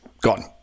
gone